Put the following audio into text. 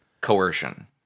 coercion